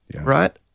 right